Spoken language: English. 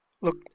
look